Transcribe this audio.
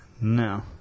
No